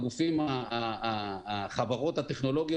החברות הטכנולוגיות,